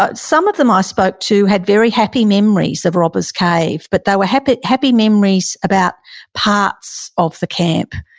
but some of them i spoke to had very happy memories of robbers cave, but they were happy happy memories about parts of the camp.